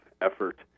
effort